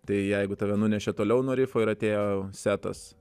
tai jeigu tave nunešė toliau nuo rifo ir atėjo setas